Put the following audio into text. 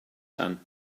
son